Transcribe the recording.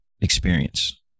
experience